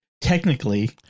technically